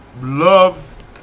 Love